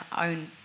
own